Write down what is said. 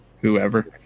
whoever